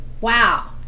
Wow